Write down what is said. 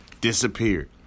disappeared